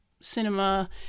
cinema